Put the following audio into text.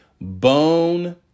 Bone